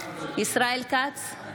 ישראל כץ,